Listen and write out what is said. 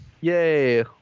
Yay